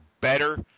better